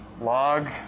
log